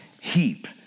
heap